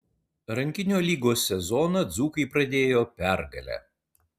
rankinio lygos sezoną dzūkai pradėjo pergale